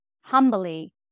humbly